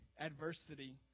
adversity